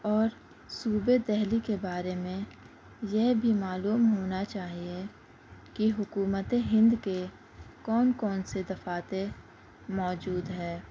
اور صوبہ دہلی کے بارے میں یہ بھی معلوم ہونا چاہیے کہ حکومتِ ہند کے کون کون سے دفاتر موجود ہے